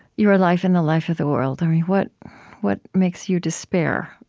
your life and the life of the world, what what makes you despair,